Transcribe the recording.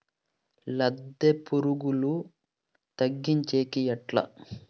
లద్దె పులుగులు తగ్గించేకి ఎట్లా?